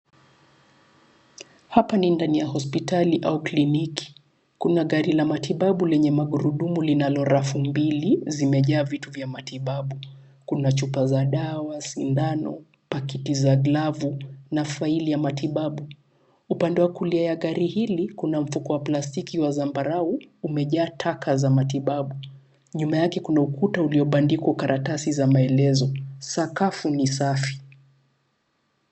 Hapa ni ndani ya hospitali au kliniki. Kuna gari la matibabu lenye magurudumu linalorafumbili zimejaa vitu vya matibabu. Kuna chupa za dawa, sindano, pakiti za glavu na faili ya matibabu. Upande wa kulia ya gari hili kuna mfuko wa plastiki wa zambarau umejaa taka za matibabu. Nyuma yake kuna kuta iliyobandikwo karatasi za maelezo. Sakafu ni safi.